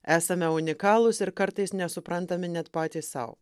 esame unikalūs ir kartais nesuprantami net patys sau